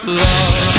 love